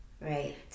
Right